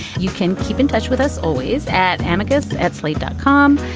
you can keep in touch with us always at amicus at slate dot com.